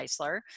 Eisler